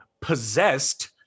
Possessed